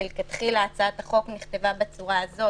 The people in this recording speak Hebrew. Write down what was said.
מלכתחילה הצעת החוק נכתבה בצורה הזאת.